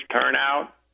turnout